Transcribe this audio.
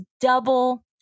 double